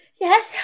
Yes